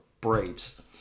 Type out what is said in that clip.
Braves